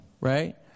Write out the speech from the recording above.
right